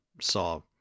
saw